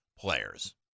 players